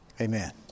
Amen